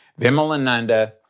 Vimalananda